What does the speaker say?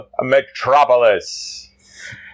Metropolis